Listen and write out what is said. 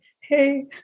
hey